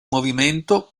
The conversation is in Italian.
movimento